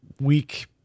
week